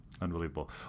Unbelievable